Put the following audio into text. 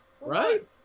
Right